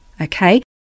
okay